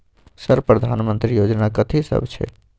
Sir प्रधानमंत्री योजना कथि सब छै?